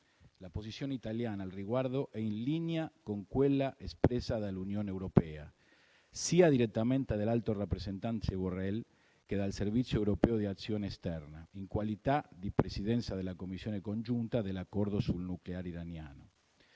La posizione italiana al riguardo è in linea con quella espressa dall'Unione europea, sia direttamente dall'alto rappresentante Borrell che dal Servizio europeo per l'azione esterna, in qualità di Presidenza della Commissione congiunta dell'Accordo sul nucleare iraniano.